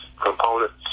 components